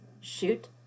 shoot